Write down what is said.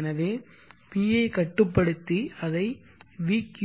எனவே PI கட்டுப்படுத்தி அதை vq